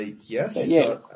yes